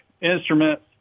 instruments